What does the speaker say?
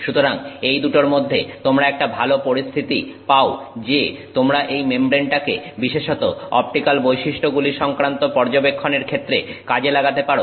সুতরাং এই দুটোর মধ্যে তোমরা একটা ভালো পরিস্থিতি পাও যে তোমরা এই মেমব্রেনটাকে বিশেষত অপটিক্যাল বৈশিষ্ট্যগুলি সংক্রান্ত পর্যবেক্ষণের ক্ষেত্রে কাজে লাগাতে পারো